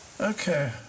okay